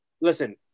listen